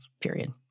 period